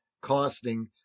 costing